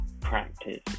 practice